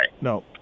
No